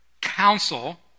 Counsel